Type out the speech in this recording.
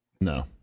no